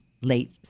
late